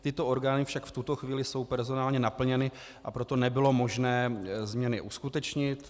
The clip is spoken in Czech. Tyto orgány však v tuto chvíli jsou personálně naplněny, a proto nebylo možné změny uskutečnit.